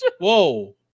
Whoa